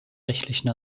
rechtlichen